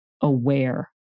aware